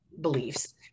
beliefs